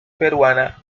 peruana